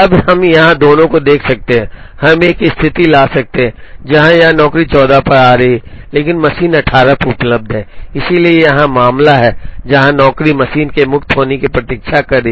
अब यहां हम दोनों को देख सकते हैं हम एक स्थिति ला सकते हैं जहां यह नौकरी 14 पर आ रही है लेकिन मशीन 18 पर उपलब्ध है इसलिए यहां मामला है जहां नौकरी मशीन के मुक्त होने की प्रतीक्षा कर रही है